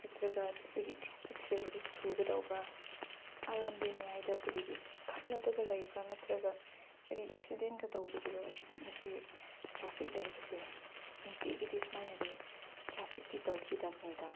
ꯅꯠꯇ꯭ꯔꯒ ꯑꯁꯤꯒꯤ ꯇ꯭ꯔꯥꯐꯤꯛꯁꯦ ꯍꯧꯖꯤꯛ ꯊꯧꯒꯗꯧꯕ꯭ꯔꯥ ꯑꯥ ꯂꯝꯕꯤ ꯃꯌꯥꯏꯗ ꯀꯔꯤꯒꯤ ꯈꯠꯅꯕꯒ ꯂꯩꯕ꯭ꯔꯥ ꯅꯠꯇ꯭ꯔꯒ ꯀꯔꯤ ꯑꯦꯛꯁꯤꯗꯦꯟꯒ ꯇꯧꯕꯒꯤꯔꯣ ꯑꯁꯤꯕꯨ ꯉꯁꯤ ꯇ꯭ꯔꯥꯐꯤꯛ ꯂꯩꯕꯁꯦ ꯅꯨꯡꯇꯤꯒꯤꯗꯤ ꯁꯨꯃꯥꯏꯅꯗꯤ ꯇ꯭ꯔꯥꯐꯤꯛꯇꯤ ꯇꯧꯈꯤꯗꯕꯅꯤꯗ